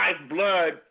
lifeblood